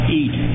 eat